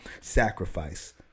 sacrifice